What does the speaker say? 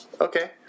Okay